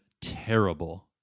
terrible